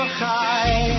high